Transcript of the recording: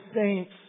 saints